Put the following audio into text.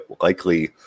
likely